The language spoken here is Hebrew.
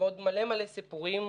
ועוד הרבה מאוד סיפורים